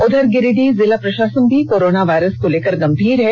उधर गिरिडीह जिला प्रषासन भी कोरोना वायरस को लेकर गंभीर है